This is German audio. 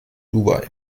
dubai